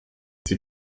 sie